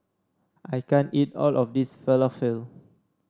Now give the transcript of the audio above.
I can't eat all of this Falafel